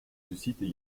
suscitent